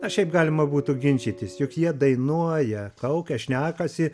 o šiaip galima būtų ginčytis juk jie dainuoja kaukia šnekasi